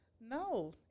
No